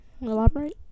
elaborate